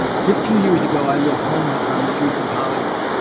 fifteen years ago, i lived homeless on the streets of hollywood.